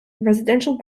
residential